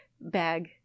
bag